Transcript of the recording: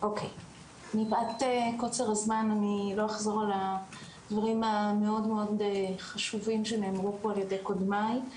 אני לא אחזור על הדיבורים המאוד חשובים שנאמרו פה על ידי קודמיי.